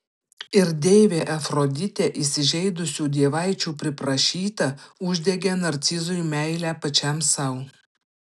ir deivė afroditė įsižeidusių dievaičių priprašyta uždegė narcizui meilę pačiam sau